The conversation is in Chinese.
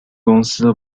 公司